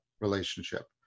relationship